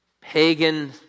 pagan